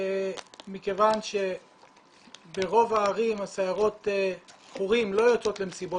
מכיוון שברוב הערים סיירות ההורים לא יוצאות למסיבות